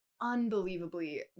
unbelievably